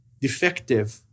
defective